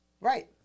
Right